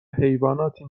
حیواناتی